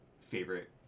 favorite